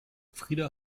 frida